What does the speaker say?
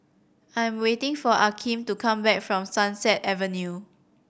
I'm waiting for Akeem to come back from Sunset Avenue